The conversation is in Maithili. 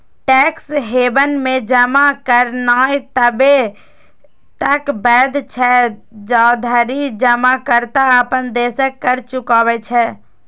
टैक्स हेवन मे जमा करनाय तबे तक वैध छै, जाधरि जमाकर्ता अपन देशक कर चुकबै छै